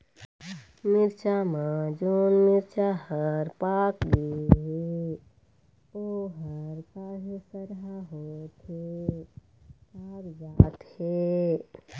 मिरचा म जोन मिरचा हर पाक गे हे ओहर काहे सरहा होथे कागजात हे?